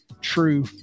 true